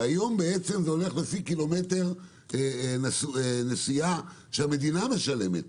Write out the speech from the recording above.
והיום בעצם זה הולך לפי קילומטר נסיעה שהמדינה משלמת.